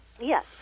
Yes